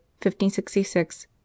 1566